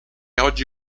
oggi